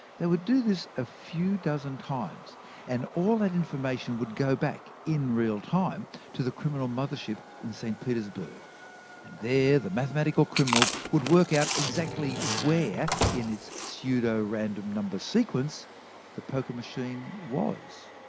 they would do this a few dozen times and all that information would go back in real time to the criminal mothership in st petersburg and the mathematical criminals would work out exactly where in its pseudo-random number sequence the poker machine was.